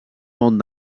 món